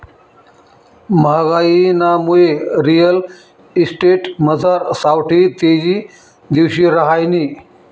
म्हागाईनामुये रिअल इस्टेटमझार सावठी तेजी दिवशी रहायनी